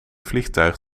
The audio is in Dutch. vliegtuig